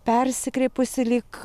persikreipusi lyg